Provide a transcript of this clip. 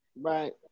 Right